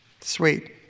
sweet